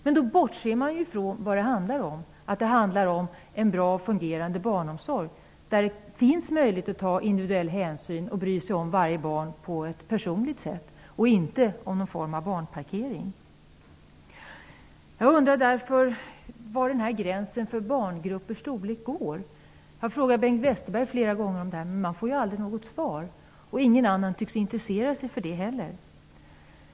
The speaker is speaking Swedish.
Men han bortser då från vad det handlar om, nämligen att vi skall ha en bra och fungerande barnomsorg, i vilken det finns möjlighet att ta individuell hänsyn och bry sig om varje barn på ett personligt sätt, och inte någon form av barnparkering. Jag undrar därför var gränsen för barngruppers storlek går. Jag har flera gånger ställt frågan till Bengt Westerberg, men jag har aldrig fått något svar, och inte heller någon annan tycks intressera sig för frågan.